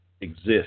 exist